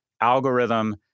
algorithm